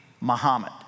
Muhammad